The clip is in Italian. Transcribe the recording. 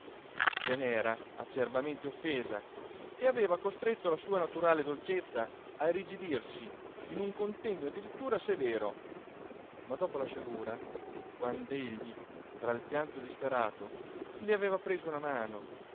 se n'era acerbamente offesa e aveva costretto la sua naturale dolcezza a irrigidirsi in un contegno addirittura severo ma dopo la sciagura quand'egli tra il pianto disperato le aveva preso una mano